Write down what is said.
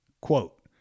quote